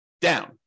down